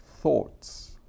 thoughts